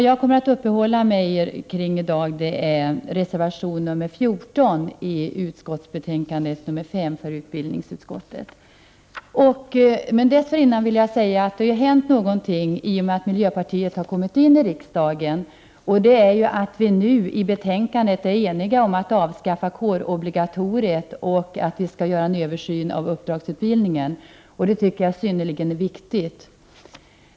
Jag avser att uppehålla mig vid reservation nr 14 i utbildningsutskottets betänkande nr S; Först vill jag emellertid säga att någonting har hänt genom att miljöpartiet kommit in i riksdagen, nämligen att vi i utskottet nu är eniga om att avskaffa kårobligatoriet och att en översyn skall göras av uppdragsutbildningen, vilket jag anser vara synnerligen viktigt.